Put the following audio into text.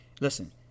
Listen